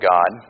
God